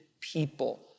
people